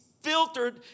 filtered